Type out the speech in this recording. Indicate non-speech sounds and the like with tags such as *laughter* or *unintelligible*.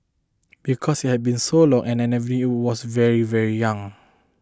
because it had been so long and I *unintelligible* was very very young